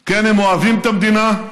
כן, הם אוהבים את המדינה.